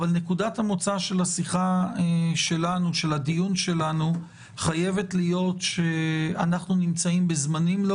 אבל נקודת המוצא של הדיון שלנו חייבת להיות שאנחנו נמצאים בזמנים לא